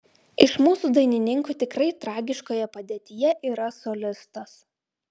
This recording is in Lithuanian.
iš mūsų dainininkų tikrai tragiškoje padėtyje yra solistas